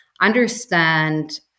understand